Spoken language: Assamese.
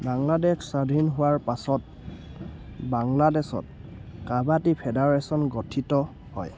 বাংলাদেশ স্বাধীন হোৱাৰ পাছত বাংলাদেশত কাবাডী ফেডাৰেশ্যন গঠিত হয়